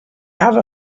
have